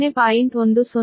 10 p